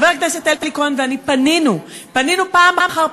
חבר הכנסת אלי כהן ואני פנינו פעם אחר